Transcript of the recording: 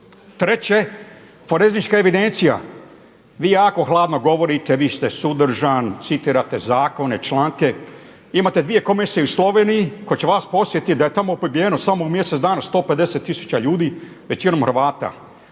Treće forenzička evidencija vi jako hladno govorite vi ste suzdržan, citirate zakone, članke, imate dvije komisije u Sloveniji koje će vas podsjetiti da je tamo pobijeno samo u mjesec dana 150 tisuća ljudi većinom Hrvata.